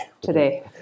today